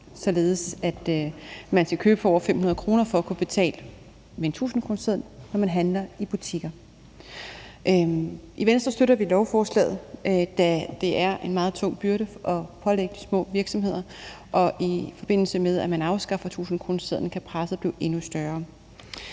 således at man skal købe for over 500 kr. for at kunne betale med en tusindkroneseddel, når man handler i butikker. I Venstre støtter vi i lovforslaget, da det er en meget tung byrde at pålægge de små virksomheder, og at presset i forbindelse med, at man afskaffer tusindkronesedlen kan blive endnu større.